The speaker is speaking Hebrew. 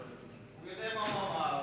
הוא יודע מה הוא אמר.